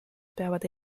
peavad